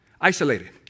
Isolated